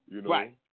Right